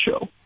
show